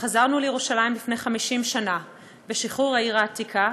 וחזרנו לירושלים לפני 50 שנה בשחרור העיר העתיקה,